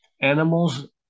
Animals